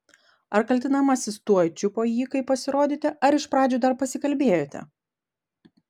ar kaltinamasis tuoj čiupo jį kai pasirodėte ar iš pradžių dar pasikalbėjote